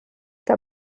der